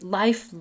life